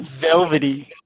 velvety